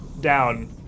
down